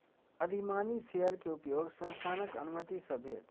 अधिमानी शेयर के उपयोग संस्थानक अनुमति सॅ भेल